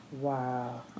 Wow